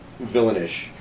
villainish